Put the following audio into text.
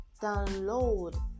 download